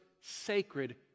sacred